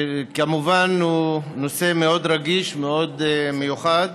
שכמובן הוא נושא מאוד רגיש, מאוד מיוחד.